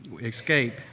escape